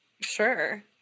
Sure